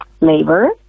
labor